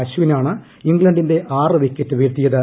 അശ്വിനാണ് ഇംഗ്ലണ്ടിന്റെ ആറ് വിക്കറ്റ് വീഴ്ത്തിയത്